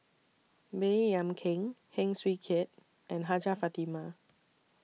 Baey Yam Keng Heng Swee Keat and Hajjah Fatimah